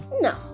no